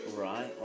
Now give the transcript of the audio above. right